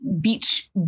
beach